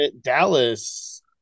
Dallas